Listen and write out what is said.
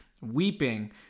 Weeping